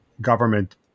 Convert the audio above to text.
government